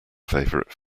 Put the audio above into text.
favourite